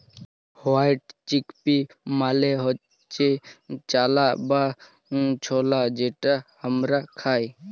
white chickpea মালে হচ্যে চালা বা ছলা যেটা হামরা খাই